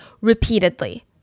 repeatedly